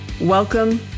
Welcome